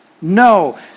No